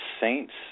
Saints